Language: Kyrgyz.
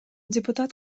депутат